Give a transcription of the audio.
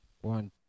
one